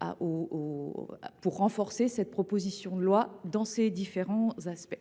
pour renforcer la proposition de loi, dans ses différents aspects.